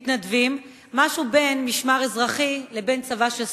מתנדבים, משהו בין משמר אזרחי לבין צבא של שכירים.